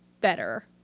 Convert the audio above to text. better